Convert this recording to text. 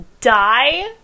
die